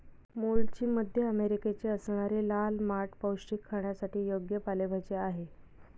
मूळची मध्य अमेरिकेची असणारी लाल माठ पौष्टिक, खाण्यासाठी योग्य पालेभाजी आहे